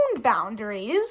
boundaries